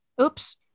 oops